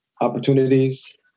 opportunities